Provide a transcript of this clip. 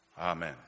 Amen